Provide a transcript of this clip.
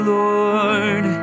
lord